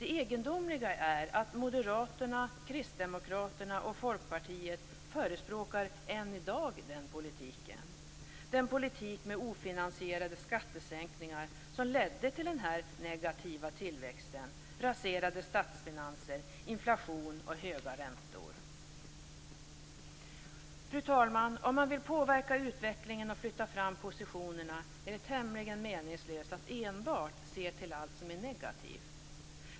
Det egendomliga är att Moderaterna, Kristdemokraterna och Folkpartiet än i dag förespråkar denna politik - en politik med ofinansierade skattesänkningar som ledde till den negativa tillväxten, raserade statsfinanser, inflation och höga räntor. Fru talman!